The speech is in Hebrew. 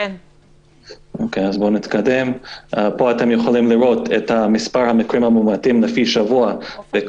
פה אתם יכולים לראות את מספר המקרים המאומתים בכחול.